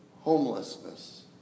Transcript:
homelessness